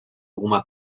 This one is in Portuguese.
alguma